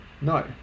No